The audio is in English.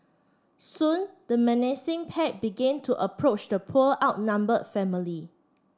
soon the menacing pack began to approach the poor outnumbered family